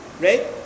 right